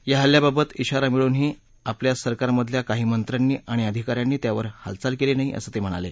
या हल्ल्याबाबत शारा मिळूनही आपल्या सरकारमधल्या काही मंत्र्यांनी आणि अधिका यांनी त्यावर हालचाल केली नाही असंही ते म्हणाले